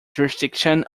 jurisdiction